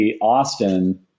Austin